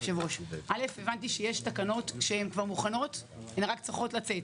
הבנתי שיש תקנות שכבר מוכנות וצריכות לצאת.